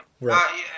Right